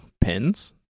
pens